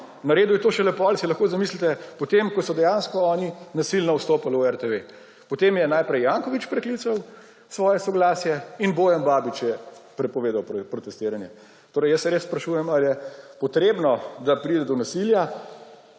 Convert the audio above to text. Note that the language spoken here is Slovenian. Naredil je to šele potem, si lahko zamislite, potem ko so oni dejansko nasilno vstopili v RTV. Potem je najprej Janković preklical svoje soglasje in Bojan Babič je prepovedal protestiranje. Torej jaz se res sprašujem, ali je potrebno, da pride do nasilja,